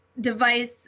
device